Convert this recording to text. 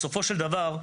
בסופו של דבר,